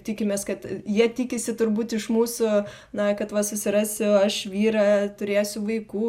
tikimės kad jie tikisi turbūt iš mūsų na kad va susirasiu aš vyrą turėsiu vaikų